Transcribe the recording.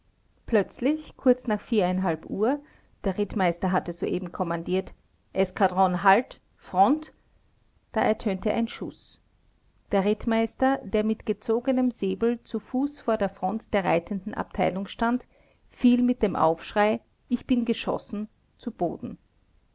plötzlich kurz nach uhr der rittmeister hatte soeben kommandiert eskadron halt front da ertönte ein schuß der rittmeister der mit gezogenem säbel zu fuß vor der front der reitenden abteilung stand fiel mit dem aufschrei ich bin geschossen zu boden